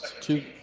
Two